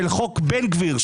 של חוק בן גביר,